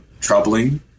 troubling